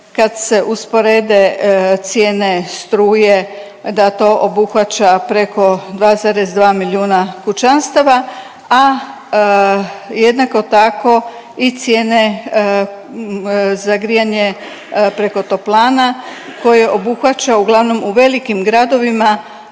kad se usporede cijene struje, da to obuhvaća preko 2,2 milijuna kućanstava, a jednako tako i cijene za grijanje preko toplana koje obuhvaća uglavnom u velikim gradovima